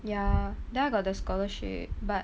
ya then I got the scholarship but